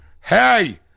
hey